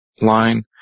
line